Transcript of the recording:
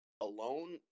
alone